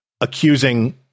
accusing